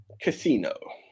casino